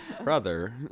brother